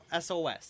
SOS